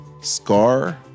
Scar